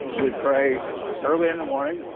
we pray early in the morning,